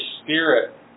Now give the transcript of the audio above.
spirit